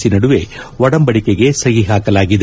C ನಡುವೆ ಒಡಂಬಡಿಕೆಗೆ ಸಹಿ ಹಾಕಲಾಗಿದೆ